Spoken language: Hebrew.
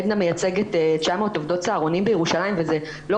עדנה מייצגת 900 עובדות צהרונים בירושלים וזה לא